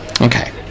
Okay